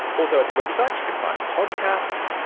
also at the website you can find podcasts,